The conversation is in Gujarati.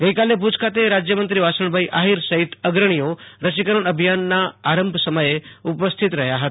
ગઈકાલિ બુજ ખાતે રાજ્યમંત્રી વાસણભાઈ આહીર સહિત અગ્રણીઓ રસીકરણ અભિયાનના આરંભ સમયે ઉપસ્થિત રહ્યા હતા